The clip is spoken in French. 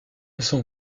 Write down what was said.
son